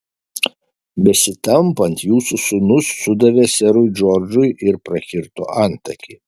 besitampant jūsų sūnus sudavė serui džordžui ir prakirto antakį